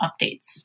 updates